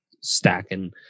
stacking